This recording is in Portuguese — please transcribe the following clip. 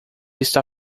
está